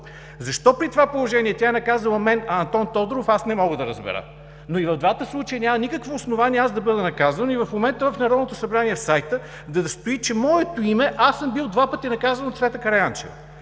Защо при това положение тя е наказала мен, а не Антон Тодоров, аз не мога да разбера? И в двата случая няма никакво основание аз да бъда наказан и в момента в сайта на Народното събрание да стои моето име – че съм бил два пъти наказван от Цвета Караянчева.